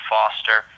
Foster